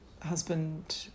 husband